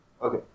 Okay